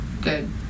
good